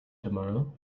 tomorrow